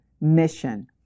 mission